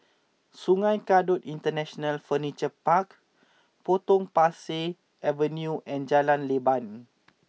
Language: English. Sungei Kadut International Furniture Park Potong Pasir Avenue and Jalan Leban